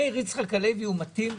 מאיר יצחק הלוי הוא מתאים לתפקיד.